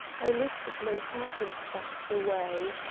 i lifted my hat and backed away.